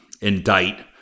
indict